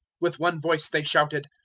with one voice they shouted,